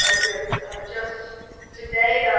ah with just today,